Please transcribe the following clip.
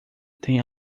tem